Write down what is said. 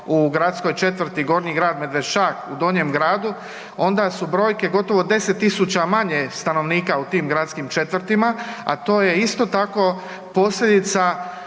u gradskoj četvrti Gornji grad Medveščak u Donjem gradu onda su brojke gotovo 10.000 manje je stanovnika u tim gradskim četvrtima, a to je isto tako posljedica